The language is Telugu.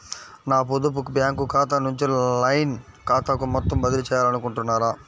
నా పొదుపు బ్యాంకు ఖాతా నుంచి లైన్ ఖాతాకు మొత్తం బదిలీ చేయాలనుకుంటున్నారా?